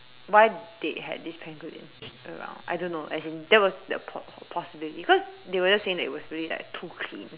why they had this pangolin well I don't know as in that was the the po~ possibility because they were saying that it was really like too clean